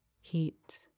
heat